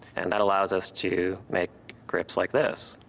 and that allows us to make grips like this,